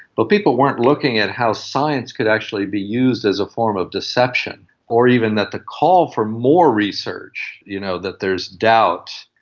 but people weren't looking at how science could actually be used as a form of deception or even that the call for more research, you know that there is doubt,